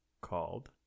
called